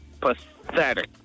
pathetic